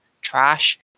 trash